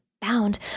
bound